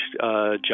job